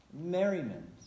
merriment